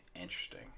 interesting